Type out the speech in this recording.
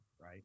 Right